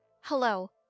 Hello